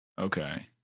Okay